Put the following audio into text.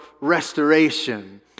restoration